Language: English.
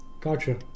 gotcha